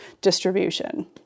distribution